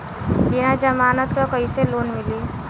बिना जमानत क कइसे लोन मिली?